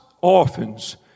orphans